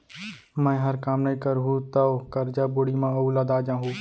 मैंहर काम नइ करहूँ तौ करजा बोड़ी म अउ लदा जाहूँ